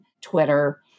Twitter